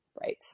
right